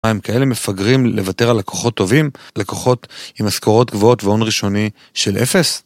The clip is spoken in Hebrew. הם כאלה מפגרים לוותר על לקוחות טובים לקוחות עם משכורות גבוהות והון ראשוני של אפס